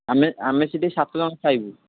ଆମେ ଆମେ ସେଇଠି ସାତଜଣ ଖାଇବୁ